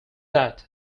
that